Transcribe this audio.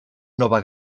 nova